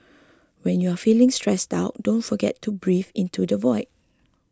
when you are feeling stressed out don't forget to breathe into the void